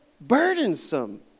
burdensome